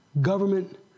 government